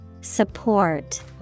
Support